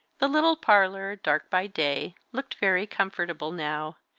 the little parlour, dark by day, looked very comfortable now.